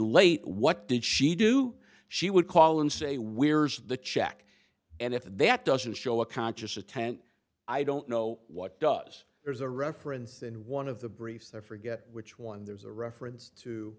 late what did she do she would call and say we're the check and if that doesn't show a conscious attent i don't know what does there's a reference in one of the briefs i forget which one there's a reference to